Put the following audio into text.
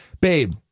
Babe